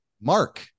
mark